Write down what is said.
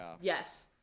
Yes